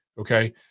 Okay